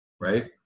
right